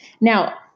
Now